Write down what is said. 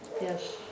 Yes